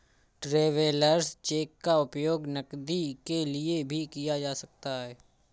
travellers cheque का उपयोग नकदी के लिए भी किया जा सकता है